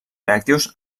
reactius